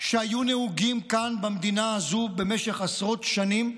שהיו נהוגים כאן במדינה הזו במשך עשרות שנים.